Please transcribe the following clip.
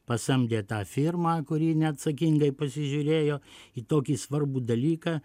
pasamdė tą firmą kuri neatsakingai pasižiūrėjo į tokį svarbų dalyką